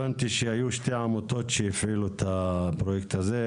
הבנתי שהיו שתי עמותות שהפעילו את הפרויקט הזה,